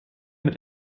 mit